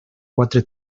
quatre